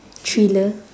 thriller